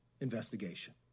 investigation